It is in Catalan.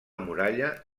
muralla